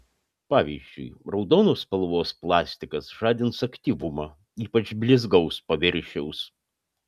pavyzdžiui raudonos spalvos plastikas žadins aktyvumą ypač blizgaus paviršiaus